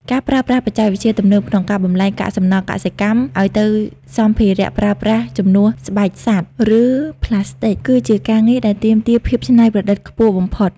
ការប្រើប្រាស់បច្ចេកវិទ្យាទំនើបក្នុងការបម្លែងកាកសំណល់កសិកម្មឱ្យទៅសម្ភារៈប្រើប្រាស់ជំនួសស្បែកសត្វ ឬប្លាស្ទិក គឺជាការងារដែលទាមទារភាពច្នៃប្រឌិតខ្ពស់បំផុត។